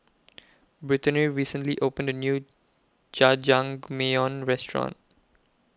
Brittany recently opened A New Jajangmyeon Restaurant